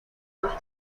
más